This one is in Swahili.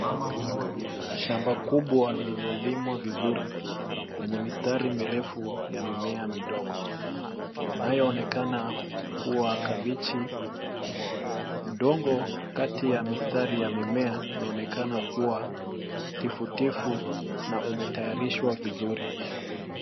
Shamba kubwa lililolimwa vizuri lenye mistari mirefu ya mimea midogo inayoonekana kuwa kabichi. Udongo kati ya mistari ya mimea unaonekana kuwa tifu tifu na umetayarishwa vizuri.